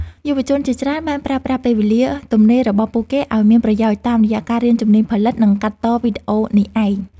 យុវជនជាច្រើនបានប្រើប្រាស់ពេលវេលាទំនេររបស់ពួកគេឱ្យមានប្រយោជន៍តាមរយៈការរៀនជំនាញផលិត និងកាត់តវីដេអូនេះឯង។